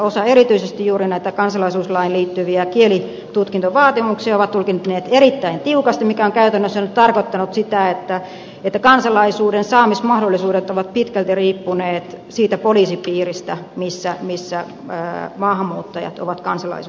osa on tulkinnut erittäin tiukasti erityisesti juuri näitä kansalaisuuslakiin liittyviä kielitutkintovaatimuksia mikä on nyt käytännössä tarkoittanut sitä että kansalaisuuden saamismahdollisuudet ovat pitkälti riippuneet siitä poliisipiiristä mistä maahanmuuttajat ovat kansalaisuutta hakeneet